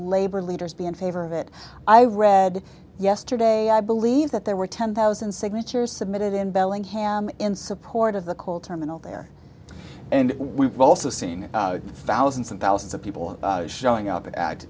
labor leaders be in favor of it i've read yesterday i believe that there were ten thousand signatures submitted in bellingham in support of the coal terminal there and we've also seen it thousands and thousands of people showing up